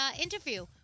interview